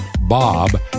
Bob